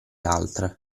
altre